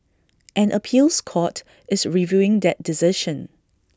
an appeals court is reviewing that decision